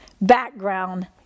background